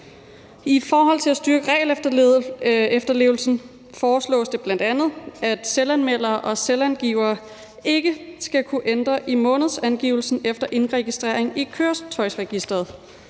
I forhold til at styrke regelefterlevelsen foreslås det bl.a., at selvanmeldere og selvangivere ikke skal kunne ændre i månedsangivelsen efter indregistrering i Køretøjsregisteret.